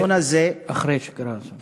אחרי שקרה האסון.